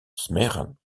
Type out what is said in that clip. smeren